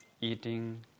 eating